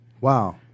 Wow